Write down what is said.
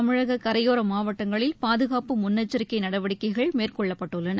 தமிழக கரையோர மாவட்டங்களில் பாதுகாப்பு முன்னெச்சரிக்கை நடவடிக்கைகள் மேற்கொள்ளப்பட்டுள்ளன